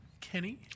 Kenny